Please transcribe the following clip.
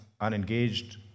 unengaged